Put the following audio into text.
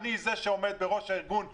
אני זה שעומד בראש ארגון לה"ב,